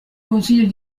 consiglio